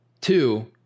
Two